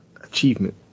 Achievement